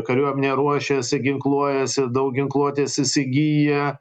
kariuomenė ruošiasi ginkluojasi daug ginkluotės įsigyja